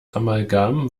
amalgam